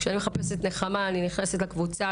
כשאני מחפשת נחמה אני נכנסת לקבוצה,